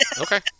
Okay